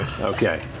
Okay